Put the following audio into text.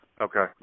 Okay